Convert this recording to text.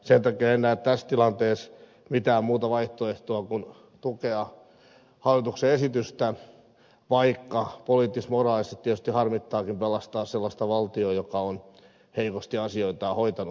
sen takia en näe tässä tilanteessa mitään muuta vaihtoehtoa kuin tukea hallituksen esitystä vaikka poliittis moraalisesti tietysti harmittaakin pelastaa sellaista valtiota joka on heikosti asioitaan hoitanut